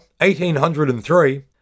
1803